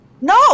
No